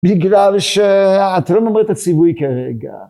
בגלל שאתה לא ממרה את הציווי כרגע.